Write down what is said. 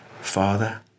father